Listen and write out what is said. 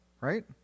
Right